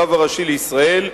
הרב הראשי לישראל,